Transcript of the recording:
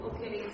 Okay